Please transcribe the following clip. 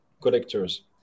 collectors